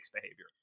behavior